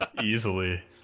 Easily